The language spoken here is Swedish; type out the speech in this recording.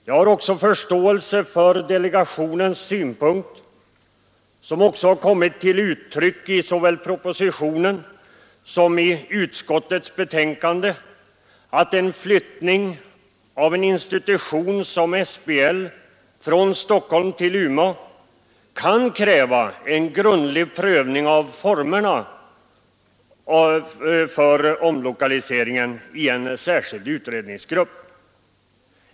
Jag har också förståelse för delegationens synpunkt — den har kommit till uttryck i såväl propositionen som utskottets betänkande — att en flyttning av en institution som SBL från Stockholm till Umeå kan kräva en grundlig prövning av formerna för utlokaliseringen i en särskild utredningsgrupp.